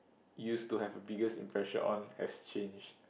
used to have a biggest impression on has changed